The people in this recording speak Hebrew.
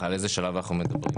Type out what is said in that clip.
על איזה שלב אנחנו מדברים?